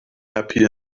happy